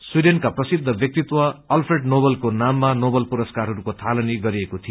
स्वीडेनका प्रसिद्ध व्याक्तित्व अरक्रेड नोवलको नाममा नोवल पुरस्कारहरूको थालनी गरिएको थियो